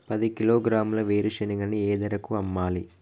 పది కిలోగ్రాముల వేరుశనగని ఏ ధరకు అమ్మాలి?